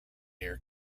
near